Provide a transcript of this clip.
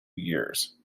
years